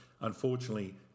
unfortunately